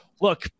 Look